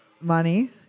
money